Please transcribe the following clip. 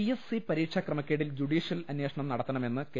P S C പരീക്ഷാ ക്രമക്കേടിൽ judicial അന്വേഷണം നടത്തണമെന്ന് കെ